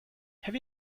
have